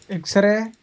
x-ray